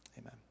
Amen